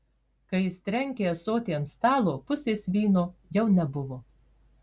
kai jis trenkė ąsotį ant stalo pusės vyno jau nebuvo